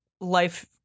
life